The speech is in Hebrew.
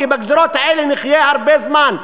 כי בגזירות האלה נחיה הרבה זמן.